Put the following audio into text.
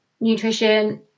nutrition